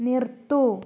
നിർത്തൂ